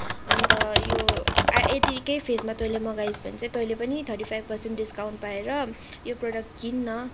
अन्त यो यत्तिकै फेसमा तैँले मगाइस् भने चाहिँ तैँले पनि थर्टी फाइभ पर्सेन्ट डिस्काउन्ट पाएर यो प्रडक्ट किन् न